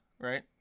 right